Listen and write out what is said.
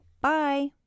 Bye